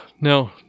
no